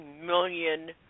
million